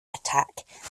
attack